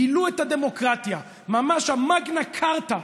גילו את הדמוקרטיה, ממש המגנה כרטה,